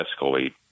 escalate